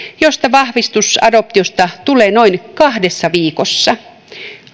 josta vahvistus adoptiosta tulee noin kahdessa viikossa